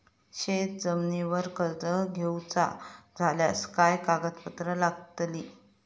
शेत जमिनीवर कर्ज घेऊचा झाल्यास काय कागदपत्र लागतली?